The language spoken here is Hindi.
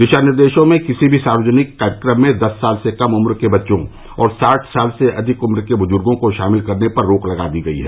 दिशा निर्देशों में किसी भी सार्वजनिक कार्यक्रम में दस साल से कम उम्र के बच्चों और साठ साल से अधिक उम्र के बुजुर्गो को शामिल करने पर रोक लगा दी गयी है